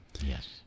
Yes